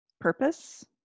purpose